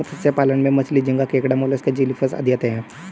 मत्स्य पालन में मछली, झींगा, केकड़ा, मोलस्क, जेलीफिश आदि आते हैं